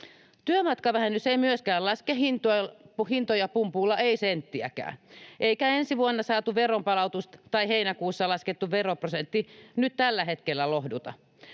Työmatkavähennys ei myöskään laske hintoja pumpulla — ei senttiäkään — eikä ensi vuonna saatava veronpalautus tai heinäkuussa laskettu veroprosentti nyt tällä hetkellä lohduta.